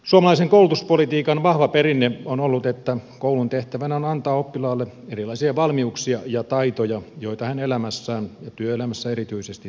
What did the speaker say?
suomalaisen koulutuspolitiikan vahva perinne on ollut että koulun tehtävänä on antaa oppilaalle erilaisia valmiuksia ja taitoja joita hän elämässään ja työelämässä erityisesti tarvitsee